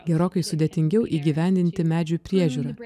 gerokai sudėtingiau įgyvendinti medžių priežiūrą